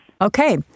Okay